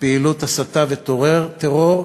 פעילות הסתה וטרור.